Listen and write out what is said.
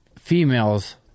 females